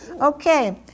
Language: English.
Okay